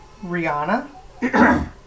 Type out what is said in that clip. Rihanna